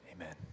Amen